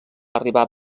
arribar